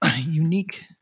unique